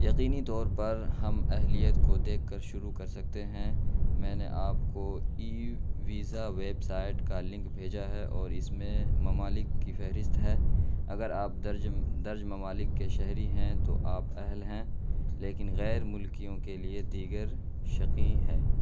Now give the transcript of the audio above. یقینی طور پر ہم اہلیت کو دیکھ کر شروع کر سکتے ہیں میں نے آپ کو ای ویزا ویب سائٹ کا لنک بھیجا ہے اور اس میں ممالک کی فہرست ہے اگر آپ درج درج ممالک کے شہری ہیں تو آپ اہل ہیں لیکن غیر ملکیوں کے لیے دیگر شقیں ہیں